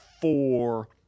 four